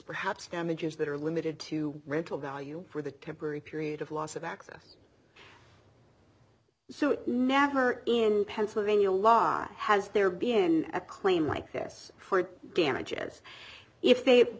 perhaps damages that are limited to rental value for the temporary period of loss of access so never in pennsylvania law has there been a claim like this for damages if they